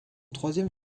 troisième